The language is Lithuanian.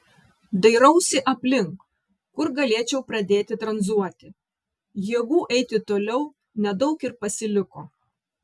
dairausi aplink kur galėčiau pradėti tranzuoti jėgų eiti toliau nedaug ir pasiliko